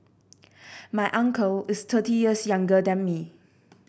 my uncle is thirty years younger than me